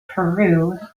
peru